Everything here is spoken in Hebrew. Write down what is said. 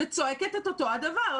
וצועקת את אותו הדבר.